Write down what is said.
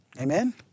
Amen